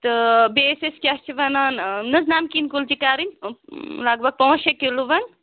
تہٕ بیٚیہِ ٲسۍ أسۍ کیٛاہ چھِ وَنان یِم حظ نَمکِیٖن کُلچہِ کَرٕنۍ لگ بگ پانٛژھ شےٚ کِلوٗ وَن